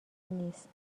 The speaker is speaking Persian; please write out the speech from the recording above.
نیست